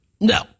No